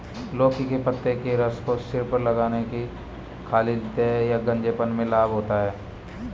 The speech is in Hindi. लौकी के पत्ते के रस को सिर पर लगाने से खालित्य या गंजेपन में लाभ होता है